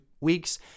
weeks